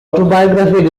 autobiography